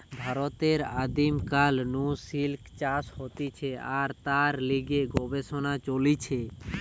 ভারতে আদিম কাল নু সিল্ক চাষ হতিছে আর তার লিগে গবেষণা চলিছে